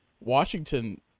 Washington